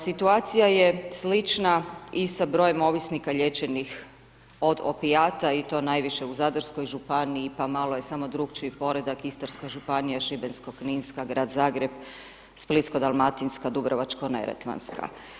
Situacija je slična i sa brojem ovisnika liječenih od opijata i to najviše u Zadarskoj županiji pa malo je samo drukčiji poredak, Istarska županija, Šibensko-kninska, grad Zagreb, Splitsko-dalmatinska, Dubrovačko-neretvanska.